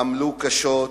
אזרחית,